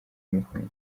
mukunzi